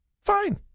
Fine